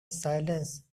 silence